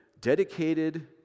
Dedicated